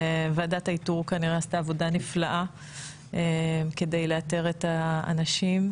ועדת האיתור כנראה עשתה עבודה נפלאה כדי לאתר את האנשים,